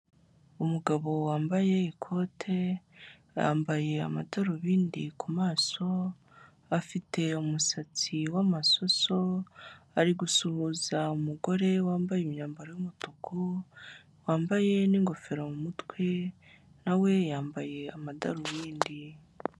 Umugabo wambaye ikote, yambaye amadarubindi ku maso, afite umusatsi w'amasoso, ari gusuhuza umugore wambaye imyambaro y'umutuku, wambaye n'ingofero mu mutwe nawe yambaye amadarubindi.